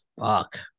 Fuck